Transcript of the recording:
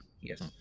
Yes